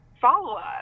follow-up